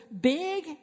big